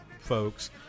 folks